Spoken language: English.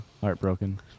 heartbroken